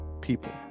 people